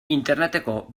interneteko